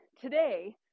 today